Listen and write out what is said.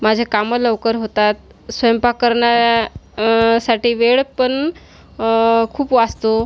माझे कामं लवकर होतात स्वयंपाक करण्या साठी वेळ पण खूप वाचतो